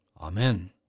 Amen